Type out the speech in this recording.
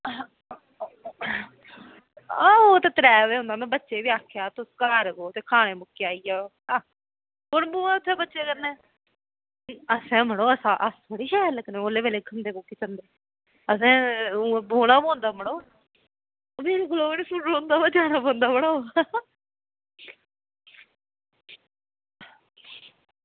आं ओह् त्रै बजे होना ना ओह् में बच्चे ई बी आक्खेआ ते घर कोल ते खानै दे मौके आई जाओ कुन बोहे उत्थें बच्चें कन्नै ते अस मड़ो अस थोह्ड़े शैल लग्गने खंदे मौकी जंदे असें बौहना पौंदा मड़ो ते जाना पौंदा मड़ो